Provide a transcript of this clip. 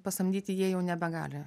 pasamdyti jie jau nebegali